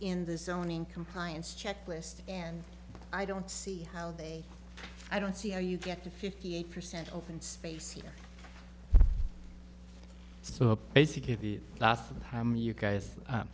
in the zone in compliance checklist and i don't see how they i don't see how you get to fifty eight percent open space here so basically the last time you guys